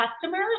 customers